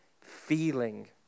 feeling